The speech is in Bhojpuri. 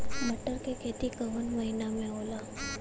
मटर क खेती कवन महिना मे होला?